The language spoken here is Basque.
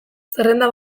zerrenda